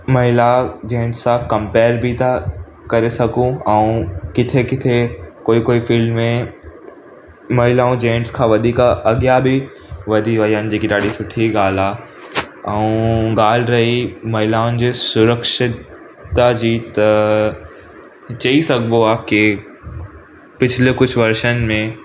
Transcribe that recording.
महिला जेन्स सां कंपेर बि था करे सघूं ऐं किथे किथे कोई कोई फ़ील्ड में महिलाऊं जेन्स खां वधीक अॻियां बि वधी वेई आहिनि जेकी ॾाढी सुठी ॻाल्हि आहे ऐं ॻाल्हि रही महिलाउनि जे सुरक्षित था जी त चई सघिबो आहे की पिछले कुझु वर्षनि में